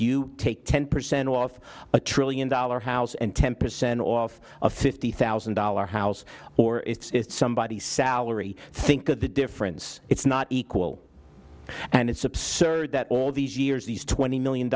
you take ten percent off a trillion dollar house and ten percent off a fifty thousand dollars house or it's somebody's salary think of the difference it's not equal and it's absurd that all these years these twenty million